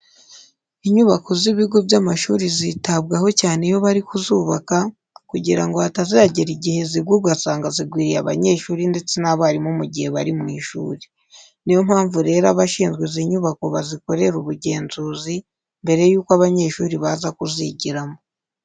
Inyubako z'ibigo by'amashuri zitabwaho cyane iyo bari kuzubaka, kugira ngo hatazagera igihe zigwa ugasanga zigwiriye abanyeshuri ndetse n'abarimu mu gihe bari mu ishuri. Ni yo mpamvu rero abashinzwe izi nyubako bazikorera ubugenzuzi mbere yuko abanyeshuri baza kuzigiramo.